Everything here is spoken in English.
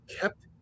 Kept